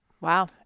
Wow